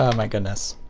ah my goodness.